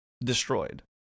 destroyed